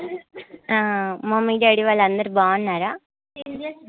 mummy daddy వాళ్ళందరూ బాగున్నారా